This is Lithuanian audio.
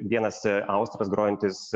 vienas austras grojantis